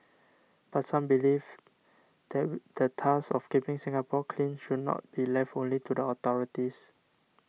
but some believe that the task of keeping Singapore clean should not be left only to the authorities